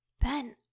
Ben